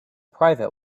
private